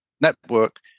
network